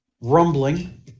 rumbling